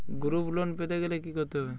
Group loan পেতে গেলে কি করতে হবে?